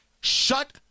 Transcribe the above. Shut